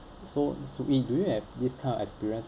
so soo ee do you have this kind of experience